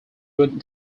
would